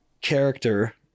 character